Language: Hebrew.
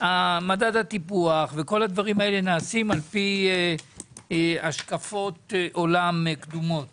מדד הטיפוח וכל הדברים האלה נעשים על פי השקפות עולם קדומות